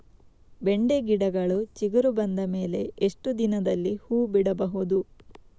ಬೆಂಡೆ ಗಿಡಗಳು ಚಿಗುರು ಬಂದ ಮೇಲೆ ಎಷ್ಟು ದಿನದಲ್ಲಿ ಹೂ ಬಿಡಬಹುದು?